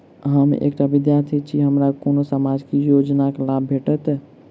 हम एकटा विद्यार्थी छी, की हमरा कोनो सामाजिक योजनाक लाभ भेटतय?